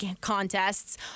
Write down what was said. contests